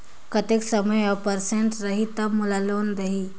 कतेक समय और परसेंट रही तब मोला लोन देही?